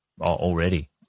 Already